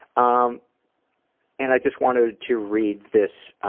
um and i just wanted to read this